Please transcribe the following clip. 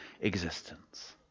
existence